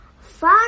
Far